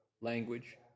language